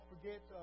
forget